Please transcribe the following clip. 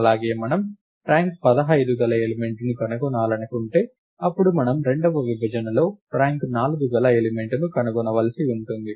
అలాగే మనం ర్యాంక్ 15 గల ఎలిమెంట్ ను కనుగొనాలనుకుంటే అప్పుడు మనం రెండవ విభజనలో ర్యాంక్ 4 గల ఎలిమెంట్ ను కనుగొనవలసి ఉంటుంది